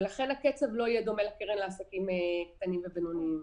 ולכן הקצב לא יהיה דומה לקרן לעסקים קטנים ובינוניים,